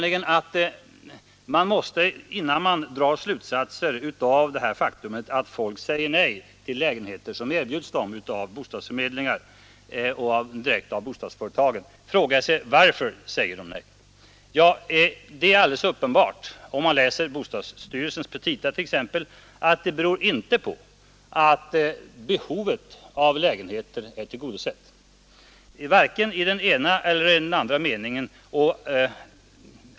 Innan man drar några slutsatser av det faktum att människorna säger nej till lägenheter som erbjuds dem av bostadsförmedlingarna och direkt av bostadsföretagen bör man fråga sig varför de säger nej. Och uppenbart är — det framgår exempelvis av bostadsstyrelsens petita — att det inte beror på att behovet av lägenheter är tillgodosett vare sig i den ena eller i den andra meningen.